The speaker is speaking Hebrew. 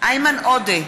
איימן עודה,